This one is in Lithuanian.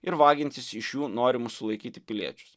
ir vagiantis iš jų norimus sulaikyti piliečius